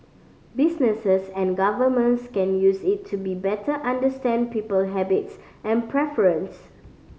businesses and governments can use it to better understand people habits and preference